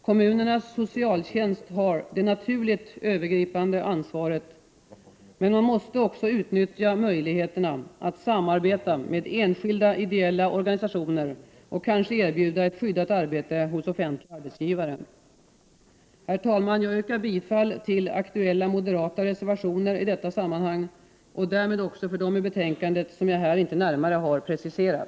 Kommunernas socialtjänst har det naturligt övergripande ansvaret, men man måste också utnyttja möjligheterna att samarbeta med enskilda ideella organisationer och kanske erbjuda ett skyddat arbete hos offentlig arbetsgivare. Herr talman! Jag yrkar bifall till aktuella moderata reservationer i detta sammanhang och därmed också till dem i betänkandet som jag här inte närmare har preciserat.